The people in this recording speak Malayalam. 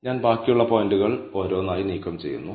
ഞാൻ ബാക്കിയുള്ള പോയിന്റുകൾ ഓരോന്നായി നീക്കം ചെയ്യുന്നു